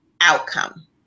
outcome